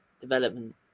development